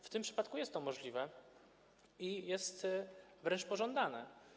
W tym przypadku jest to możliwe i wręcz pożądane.